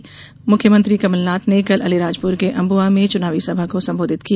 वहीं मुख्यमंत्री कमलनाथ ने कल अलीराजपुर के अंबुआ में चुनावी सभा को संबोधित किया